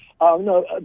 No